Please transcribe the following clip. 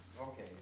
Okay